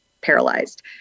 paralyzed